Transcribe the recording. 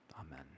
Amen